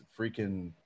freaking